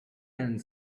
and